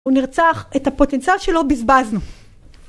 הוא נרצח, את הפוטנציאל שלו בזבזנו